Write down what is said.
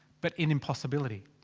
but in impossibility.